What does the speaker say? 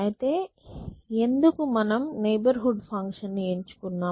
అయితే ఎందుకు మనం నైబర్ హుడ్ ఫంక్షన్ ని ఎంచుకున్నాం